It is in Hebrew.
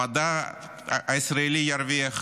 המדע הישראלי ירוויח,